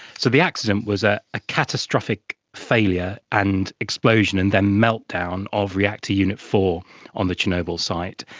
so the accident was a ah catastrophic failure and explosion and then meltdown of reactor unit four on the chernobyl site.